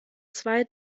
zwei